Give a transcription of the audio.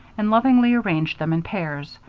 and lovingly arranged them in pairs,